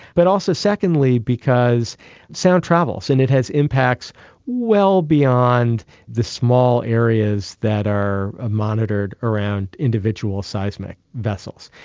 but also secondly because sound travels and it has impacts well beyond the small areas that are ah monitored around individual seismic vessels.